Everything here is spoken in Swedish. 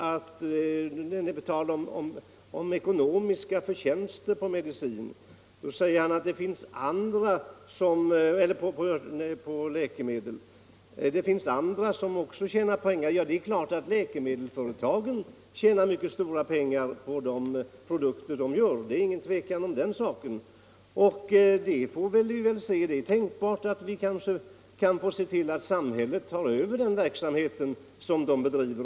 På tal om ekonomiska förtjänster på läkemedel säger herr Granstedt att det finns andra än tillverkarna av naturläkemedel som tjänar pengar på läkemedel. Ja, det är klart att läkemedelsföretagen tjänar stora pengar på sina produkter — det är ingen tvekan om den saken. Det är tänkbart att vi får se till att samhället tar över den verksamhet de bedriver.